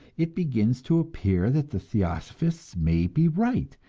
it begins to appear that the theosophists may be right,